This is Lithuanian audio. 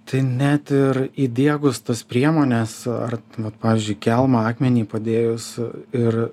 tai net ir įdiegus tas priemones ar vat pavyzdžiui kelmą akmenį padėjus ir